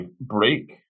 Break